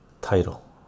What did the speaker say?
Title